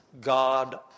God